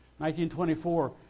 1924